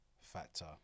factor